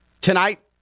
tonight